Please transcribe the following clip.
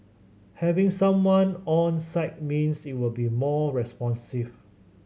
having someone on site means it will be more responsive